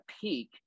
peak